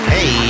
Hey